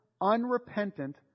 unrepentant